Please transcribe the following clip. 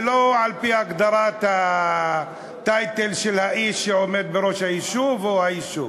ולא על-פי הגדרת ה"טייטל" של האיש שעומד בראש היישוב או של היישוב.